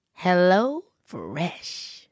HelloFresh